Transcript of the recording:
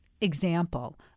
example